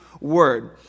word